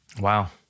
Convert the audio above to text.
Wow